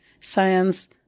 science